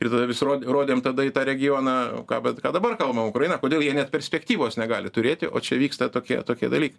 ir tada vis rodė rodėm tada į tą regioną ką bet ką dabar kalba ukraina kodėl jie net perspektyvos negali turėti o čia vyksta tokie tokie dalykai